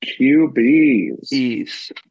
QBs